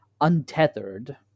untethered